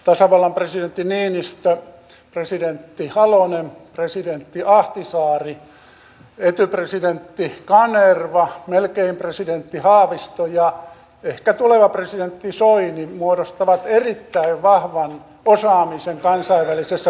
tasavallan presidentti niinistö presidentti halonen presidentti ahtisaari etyj presidentti kanerva melkein presidentti haavisto ja ehkä tuleva presidentti soini muodostavat erittäin vahvan osaamisen kansainvälisessä politiikassa